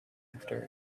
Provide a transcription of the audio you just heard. after